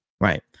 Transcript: Right